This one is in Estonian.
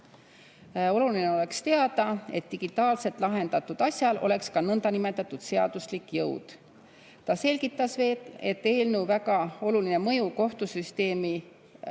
Oluline oleks teada, et digitaalselt lahendatud asjal on ka nõndanimetatud seaduslik jõud. Ta selgitas veel, et eelnõul on väga oluline mõju kohtusüsteemi